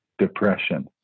depression